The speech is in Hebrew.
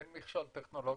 אין מכשול טכנולוגי.